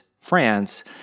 France